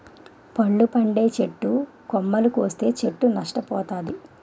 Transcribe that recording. పళ్ళు పండే చెట్టు కొమ్మలు కోస్తే చెట్టు నష్ట పోతాది